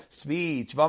speech